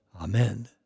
Amen